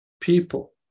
people